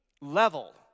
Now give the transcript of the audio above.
level